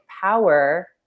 power